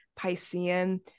Piscean